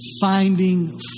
finding